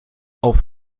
auf